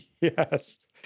Yes